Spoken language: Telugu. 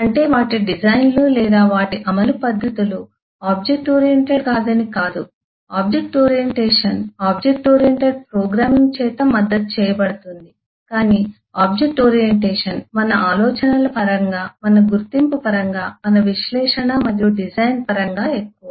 అంటే వాటి డిజైన్లు లేదా వాటి అమలు పద్ధతులు ఆబ్జెక్ట్ ఓరియెంటెడ్ కాదని కాదు object orientation object oriented programming చేత మద్దతు చేయబడుతుంది కాని ఆబ్జెక్ట్ ఓరియంటేషన్ మన ఆలోచనల పరంగా మన గుర్తింపు పరంగా మన విశ్లేషణ మరియు డిజైన్ పరంగా ఎక్కువ